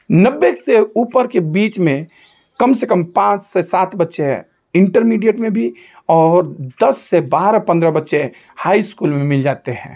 नब्बे से ऊपर के बीच में कम से कम पाँच से सात बच्चे है इन्टरमिडिएट में भी और दस से बारह पन्द्रह बच्चे हाई स्कूल में मिल जाते हैं